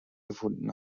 gefunden